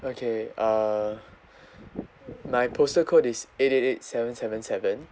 okay uh my postal code is eight eight eight seven seven seven